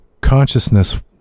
consciousness